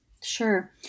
Sure